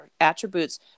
attributes